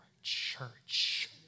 church